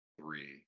three